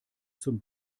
zum